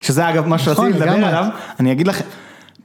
שזה אגב מה שעושים, אני אגיד לכם.